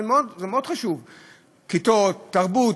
כיתות ותרבות